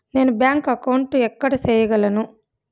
నేను bank account ఎక్కడ సేయగలను